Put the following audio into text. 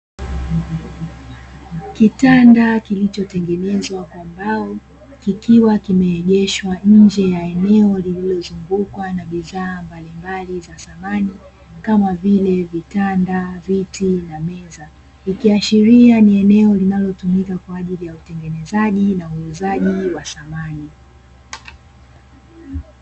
Kitanda kilicho tengenezwa kwa mbao kikiwa kimeegeshwa nje ya eneo lililozungukwa na bidhaa mbalimbali za samani kama vie; vitanda, viti na meja, ikiashiria ni eneo linalotumika kwa ajili ya utengenezaji na uenezaji wa samani.